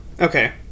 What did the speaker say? Okay